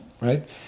right